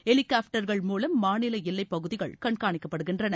ஹெலிகாப்டர்கள் மூலம் மாநில எல்லைப்பகுதிகள் கண்காணிக்கப்படுகின்றன